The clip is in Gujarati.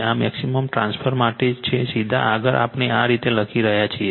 આ મેક્સિમમ ટ્રાન્સફર માટે છે સીધા આગળ આપણે આ રીતે લખી રહ્યા છીએ